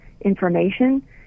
information